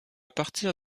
partir